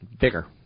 Bigger